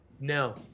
No